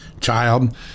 child